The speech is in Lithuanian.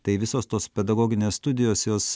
tai visos tos pedagoginės studijos jos